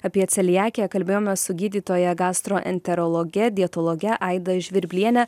apie celiakiją kalbėjomės su gydytoja gastroenterologe dietologe aida žvirbliene